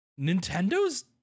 nintendo's